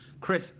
Chris